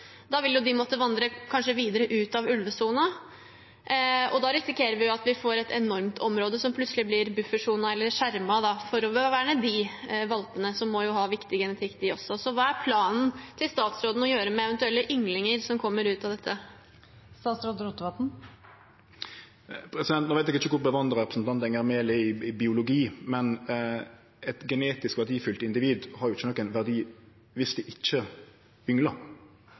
Da vil jo kanskje de måtte vandre videre ut av ulvesonen, og da risikerer vi at vi får et enormt område som plutselig blir buffersone eller skjermet for å verne de valpene som jo også må ha viktig genetikk. Hva er planen til statsråden å gjøre med eventuelle ynglinger som kommer ut av dette? No veit ikkje eg kva kunnskap representanten Enger Mehl har om biologi, men eit genetisk verdifullt individ har jo ikkje nokon verdi